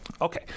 Okay